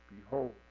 behold